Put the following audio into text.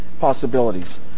possibilities